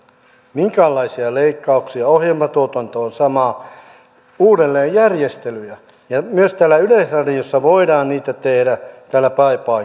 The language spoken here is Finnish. minkäänlaisia leikkauksia ohjelmatuotanto on sama vaan uudelleenjärjestelyjä myös täällä yleisradiossa voidaan niitä tehdä täällä